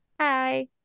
hi